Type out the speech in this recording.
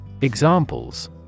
Examples